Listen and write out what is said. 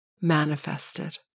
manifested